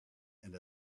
and